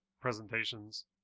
presentations